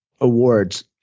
awards